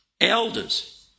Elders